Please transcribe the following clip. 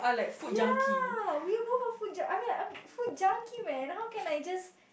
ya we are both are food jun~ I mean I'm food junkie man how can I just